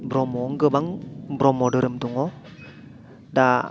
ब्रह्मआवनो गोबां ब्रह्म दोहोरोम दङ दा